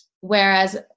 Whereas